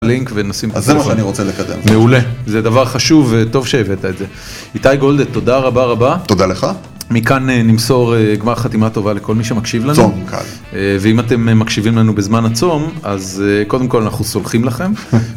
אז זה מה שאני רוצה לקדם. מעולה, זה דבר חשוב, טוב שהבאת את זה. איתי גולדד, תודה רבה רבה. תודה לך. מכאן נמסור גמר חתימה טובה לכל מי שמקשיב לנו. צום קל. ואם אתם מקשיבים לנו בזמן הצום, אז קודם כל אנחנו סולחים לכם.